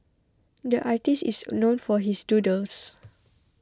the artist is known for his doodles